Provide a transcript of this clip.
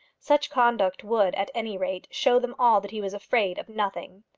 such conduct would, at any rate, show them all that he was afraid of nothing.